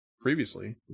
previously